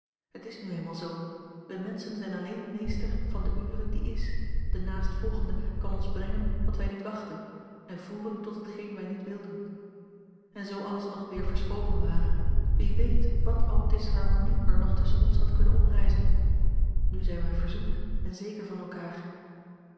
het is nu eenmaal z wij menschen zijn alleen meester van de ure die is de naastvolgende kan ons brengen wat wij niet wachten en voeren tot hetgeen wij niet wilden en zoo alles nog weer verschoven ware wie weet wat al disharmonie er nog tusschen ons had kunnen oprijzen nu zijn wij verzoend en zeker van elkaar